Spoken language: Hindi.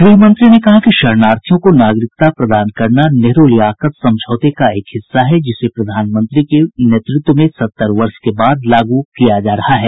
गृहमंत्री ने कहा कि शरणार्थियों को नागरिकता प्रदान करना नेहरू लियाकत समझौते का एक हिस्सा है जिसे प्रधानमंत्री मोदी के नेतृत्व में सत्तर वर्ष के बाद लागू किया जा रहा है